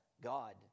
God